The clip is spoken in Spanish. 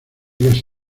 digas